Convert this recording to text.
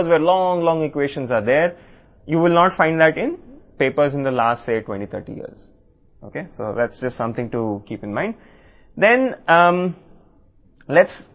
కాబట్టిసుదీర్ఘ ఈక్వేషన్లు ఉన్నాయని మీరు కనుగొంటారు గత 20 30 సంవత్సరాలలో పేపర్లలో మీరు 20 30 సంవత్సరాలు అని చెప్పలేరు కనుక ఇది గుర్తుంచుకోవలసిన విషయం